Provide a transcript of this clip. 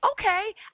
okay